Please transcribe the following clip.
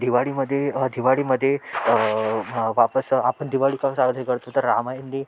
दिवाळीमध्ये दिवाळीमध्ये वापस आपण दिवाळी केव्हा साजरी करतो तर रामायणने